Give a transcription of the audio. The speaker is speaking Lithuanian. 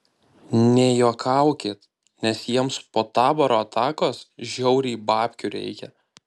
nejuokaukit nes jiems po taboro atakos žiauriai babkių reikia